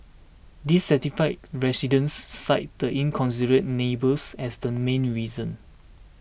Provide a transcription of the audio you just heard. dissatisfied residents cited the inconsiderate neighbours as the main reason